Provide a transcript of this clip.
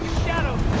shadow